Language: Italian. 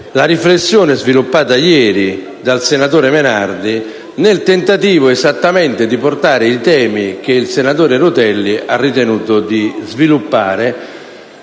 la riflessione sviluppata ieri dal senatore Menardi nel tentativo di riproporre i temi che il senatore Rutelli ha ritenuto di sviluppare